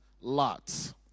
lots